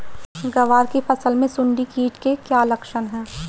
ग्वार की फसल में सुंडी कीट के क्या लक्षण है?